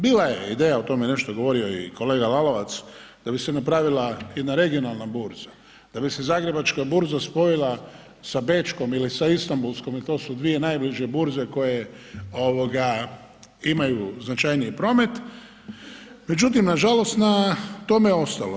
Bila je ideja o tome je nešto govorio i kolega Lalovac, da bi se napravila jedna regionalna burza, da bi se zagrebačka burza spojila sa bečkom ili sa istambulskom jer to su dvije najbliže burze koje ovoga imaju značajniji promet, međutim nažalost na tome je ostalo.